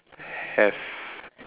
have